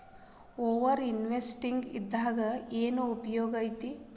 over investing ಇಂದ ಏನ್ ಉಪಯೋಗ ಐತಿ